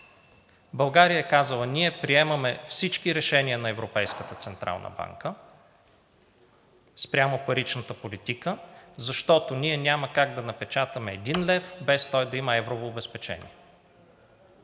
България е казала: ние приемаме всички решения на Европейската централна банка спрямо паричната политика, защото няма как да напечатаме и един лев, без той да има еврово обезпечение.